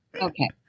okay